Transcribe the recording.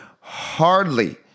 hardly